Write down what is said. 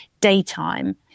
daytime